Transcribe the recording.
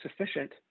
sufficient